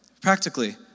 Practically